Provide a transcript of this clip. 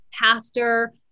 pastor